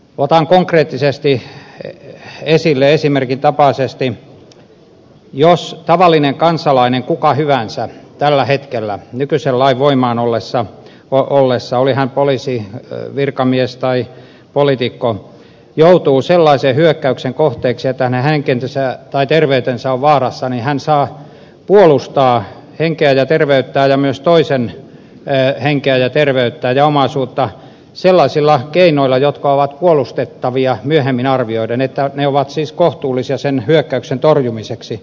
otan konkreettisesti esimerkintapaisesti esille että jos tavallinen kansalainen kuka hyvänsä tällä hetkellä nykyisen lain voimassa ollessa oli hän poliisivirkamies tai poliitikko joutuu sellaisen hyökkäyksen kohteeksi että hänen henkensä tai terveytensä on vaarassa niin hän saa puolustaa henkeään ja terveyttään ja myös toisen henkeä ja terveyttä ja omaisuutta sellaisilla keinoilla jotka ovat puolustettavia myöhemmin arvioiden että ne ovat siis kohtuullisia sen hyökkäyksen torjumiseksi